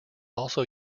also